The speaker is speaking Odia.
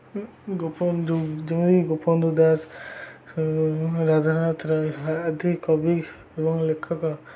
ଗୋପବାନ୍ଧୁ ଯୋଉ ଯେମିତିକି ଗୋପବାନ୍ଧୁ ଦାସ ରାଧାରାନାଥ ରାୟ ଆଦି କବି ଏବଂ ଲେଖକ